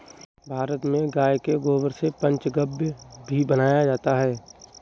भारत में गाय के गोबर से पंचगव्य भी बनाया जाता है